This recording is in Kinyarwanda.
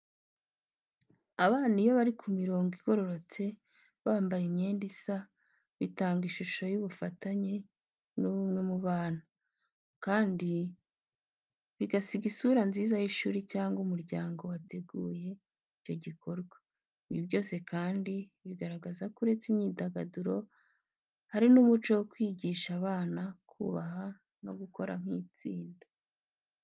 Abana iyo bari ku mirongo igororotse bambaye imyenda isa, bitanga ishusho y’ubufatanye n'ubumwe mu bana, kandi bigasiga isura nziza y'ishuri cyangwa umuryango wateguye icyo gikorwa. Ibi byose kandi bigaragaza ko uretse imyidagaduro, hari n'umuco wo kwigisha abana kubaha no gukora nk'itsinda.